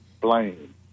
blame